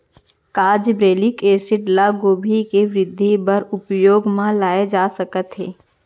का gibberellic acid ल गोभी के वृद्धि बर उपयोग म लाये जाथे सकत हे?